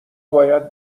باید